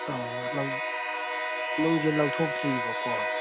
ꯑ ꯅꯨꯡꯁꯦ ꯂꯧꯊꯣꯛꯇ꯭ꯔꯤꯕꯀꯣ